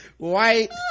White